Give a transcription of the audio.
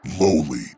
Lowly